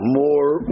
more